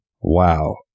Wow